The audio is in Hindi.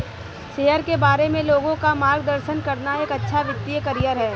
शेयरों के बारे में लोगों का मार्गदर्शन करना एक अच्छा वित्तीय करियर है